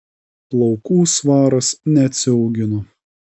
plaukų svaras neatsiaugino